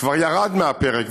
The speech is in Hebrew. כבר ירד מהפרק,